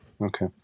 Okay